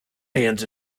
hands